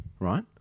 Right